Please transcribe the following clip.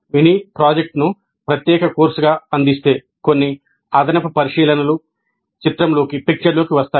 mini ప్రాజెక్ట్ను ప్రత్యేక కోర్సుగా అందిస్తే కొన్ని అదనపు పరిశీలనలు చిత్రంలోకి వస్తాయి